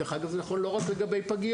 דרך אגב, זה יכול לחול לא רק לגבי פגיות